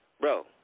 bro